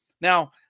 Now